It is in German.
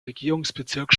regierungsbezirk